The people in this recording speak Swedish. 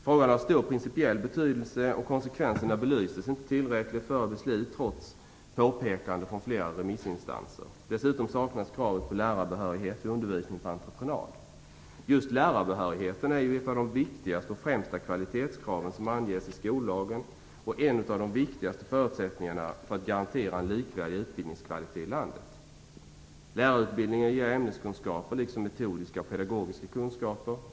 Frågan har stor principiell betydelse och konsekvenserna belystes inte tillräckligt före beslut trots påpekanden från flera remissinstanser. Dessutom saknas kravet på lärarbehörighet vid undervisning på entreprenad. Just lärarbehörigheten är ett av de viktigaste och främsta kvalitetskraven som anges i skollagen och en av de viktigaste förutsättningarna för att garantera en likvärdig utbildningskvalitet i landet. Lärarutbildningen ger ämneskunskaper, liksom metodiska och pedagogiska kunskaper.